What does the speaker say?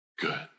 good